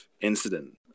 incident